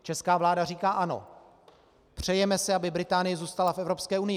Česká vláda říká ano, přejeme si, aby Británie zůstala v Evropské unii.